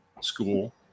school